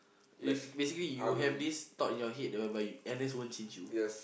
it basically you have this thought in your head that whereby N_S won't change you